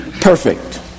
perfect